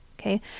Okay